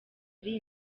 ari